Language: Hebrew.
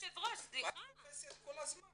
שזה מצוין, כל עוד הכסף לא ייבלע וילך לאיבוד.